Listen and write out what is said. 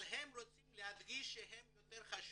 אבל הם רוצים להדגיש שהם יותר חשובים.